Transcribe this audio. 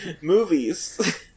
Movies